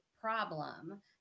problem